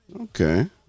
Okay